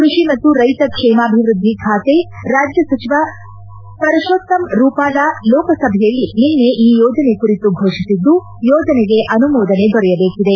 ಕೃಷಿ ಮತ್ತು ರೈತ ಕ್ಷೇಮಾಭಿವೃದ್ಧಿ ಬಾತೆ ರಾಜ್ಯ ಸಚಿವ ಪರಶೋತ್ತಮ್ ರೂಪಾಲಾ ರೋಕಸಭೆಯಲ್ಲಿ ನಿನ್ನೆ ಈ ಯೋಜನೆ ಕುರಿತು ಘೋಷಿಸಿದ್ದು ಯೋಜನೆಗೆ ಅನುಮೋದನೆ ದೊರೆಯಬೇಕಿದೆ